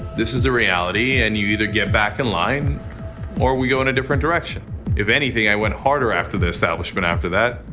this is the reality and you either get back in line or we go in a different direction if anything, i went harder after the establishment after that.